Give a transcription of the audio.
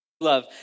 Love